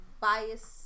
bias